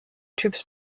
typs